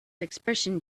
expression